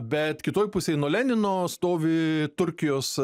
bet kitoj pusėj nuo lenino stovi turkijos